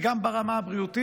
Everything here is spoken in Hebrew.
גם ברמה הבריאותית,